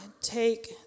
take